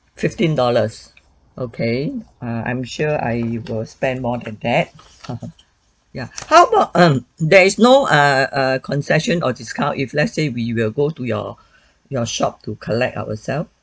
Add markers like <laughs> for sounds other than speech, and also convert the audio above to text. fifteen dollars okay err I'm sure I will spend more than that <laughs> ya how about um there is no err err concession or discount if let's say we will go to your your shop to collect ourselves